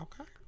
Okay